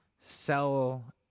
sell